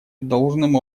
должным